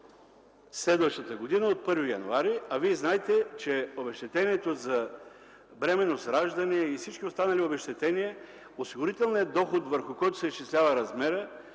следващата година – от 1 януари, а вие знаете, че обезщетението за бременност, раждане и всички останали обезщетения – осигурителният доход, върху който се изчислява размерът